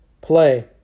play